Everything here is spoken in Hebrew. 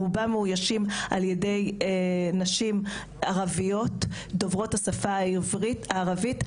רובם מאוישים על ידי נשים ערביות דוברות השפה הערבית,